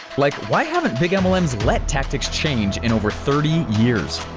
like why haven't big mlms let tactics change in over thirty years?